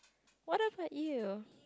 what about you